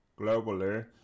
globally